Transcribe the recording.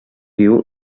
viu